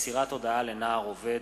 (מסירת הודעה לנער עובד),